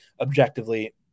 objectively